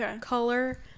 color